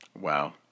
wow